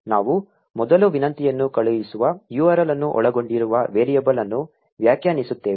ನಾವು ಮೊದಲು ವಿನಂತಿಯನ್ನು ಕಳುಹಿಸುವ URL ಅನ್ನು ಒಳಗೊಂಡಿರುವ ವೇರಿಯಬಲ್ ಅನ್ನು ವ್ಯಾಖ್ಯಾನಿಸುತ್ತೇವೆ